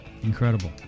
Incredible